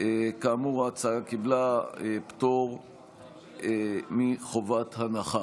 כאמור, ההצעה קיבלה פטור מחובת הנחה.